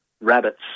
rabbits